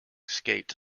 skate